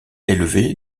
élevé